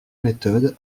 méthode